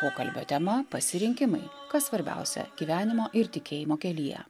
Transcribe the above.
pokalbio tema pasirinkimai kas svarbiausia gyvenimo ir tikėjimo kelyje